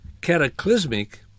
cataclysmic